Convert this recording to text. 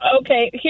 Okay